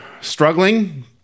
struggling